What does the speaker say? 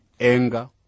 anger